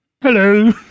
Hello